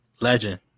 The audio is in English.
Legend